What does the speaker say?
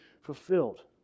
fulfilled